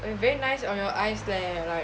very nice on your eyes leh right